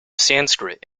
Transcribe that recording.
sanskrit